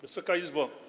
Wysoka Izbo!